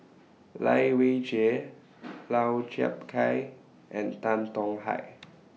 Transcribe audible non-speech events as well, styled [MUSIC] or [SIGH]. Lai Weijie [NOISE] Lau Chiap Khai and Tan Tong Hye